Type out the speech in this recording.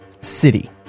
City